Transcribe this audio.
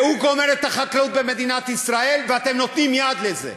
והוא גומר את החקלאות במדינת ישראל ואתם נותנים יד לזה,